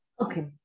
Okay